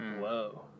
Whoa